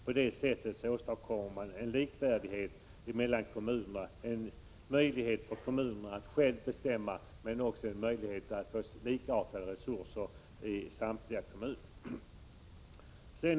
På det sättet åstadkommer man en likvärdighet mellan kommunerna och en möjlighet för kommunerna att själva bestämma men också en möjlighet att få likartade resurser i samtliga kommuner.